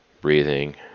breathing